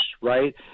right